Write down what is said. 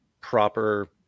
proper